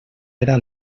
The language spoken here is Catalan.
era